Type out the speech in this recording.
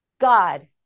God